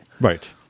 Right